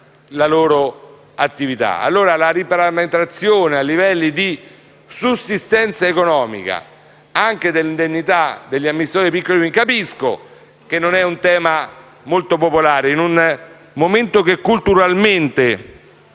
la riparametrazione a livelli di sussistenza economica delle indennità degli amministratori dei piccoli Comuni non è un tema molto popolare in un momento in cui culturalmente,